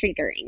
triggering